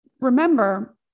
remember